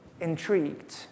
intrigued